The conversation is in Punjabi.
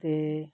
'ਤੇ